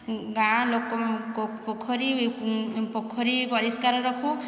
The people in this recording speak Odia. ଗାଁ ଲୋକ ପୋଖରି ପୋଖରି ପରିଷ୍କାର ରଖୁ